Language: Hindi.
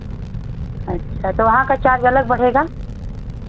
अच्छा तो वहाँ का चार्ज अलग बढ़ेगा